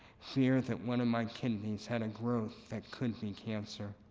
fear that one of my kidneys had a growth that could be cancer